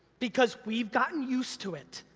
because we've gotten used to it.